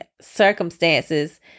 circumstances